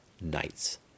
night's